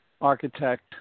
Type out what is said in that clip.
architect